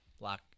Lock